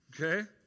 okay